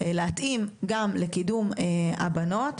להתאים גם לקידום הבנות,